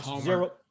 zero